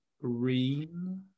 green